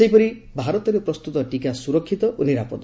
ସେହିପରି ଭାରତରେ ପ୍ରସ୍ତୁତ ଟିକା ସୁରକ୍ଷିତ ଓ ନିରାପଦ